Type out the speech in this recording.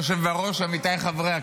דת?